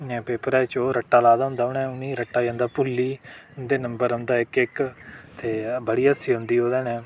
नै पेपरें च रट्टा ला दा होंदा उ'नें ई रट्टा जंदा भुल्ली उं'दे ई नंबर औंदा इक्क इक्क ते बड़ी हास्सा औंदा ओह्दे नै